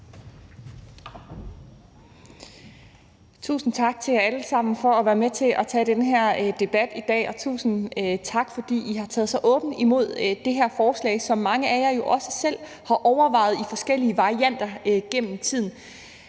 Tusind tak til jer alle sammen for at være med til at tage den her debat i dag, og tusind tak, fordi I har taget så åbent imod det her forslag, som mange af jer jo også selv har overvejet forskellige variationer af gennem tiden.